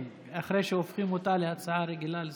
כן, אחרי שהופכים אותה להצעה רגילה לסדר-היום.